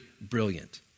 brilliant